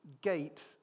gate